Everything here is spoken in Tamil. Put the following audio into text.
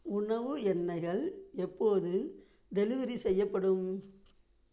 உணவு எண்ணெய்கள் எப்போது டெலிவரி செய்யப்படும்